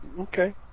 Okay